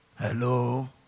Hello